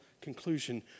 conclusion